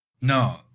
No